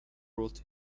brought